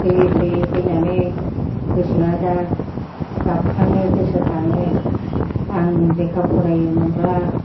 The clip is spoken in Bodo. फैयै फैयै फैनानै गोसोआ दा गाबखाङो गोसोखाङो आं लेखा फरायोमोनबा